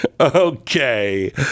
Okay